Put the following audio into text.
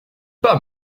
pas